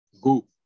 go